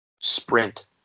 sprint